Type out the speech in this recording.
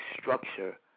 structure